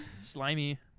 slimy